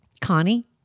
Connie